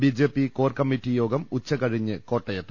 BJP കോർകമ്മിറ്റിയോഗം ഉച്ചകഴിഞ്ഞ് കോട്ടയത്ത്